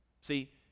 see